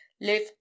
live